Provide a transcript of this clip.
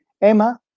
Emma